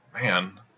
man